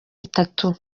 itatu